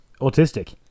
Autistic